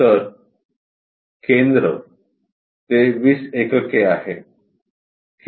तर केंद्र ते 20 एकके आहे